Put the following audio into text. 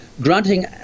granting